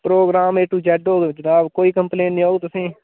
programme A to Z होग जनाब कोई कंप्लेन निं होग तुसें ई